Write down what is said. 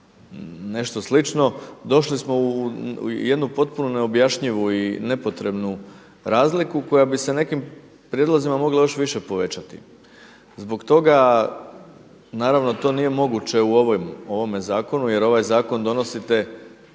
nešto slično došli smo u jednu potpuno neobjašnjivu i nepotrebnu razliku koja bi se sa nekim prijedlozima mogla još više povećati. Zbog toga, naravno to nije moguće u ovome zakonu jer ovaj zakon donosite,